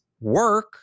work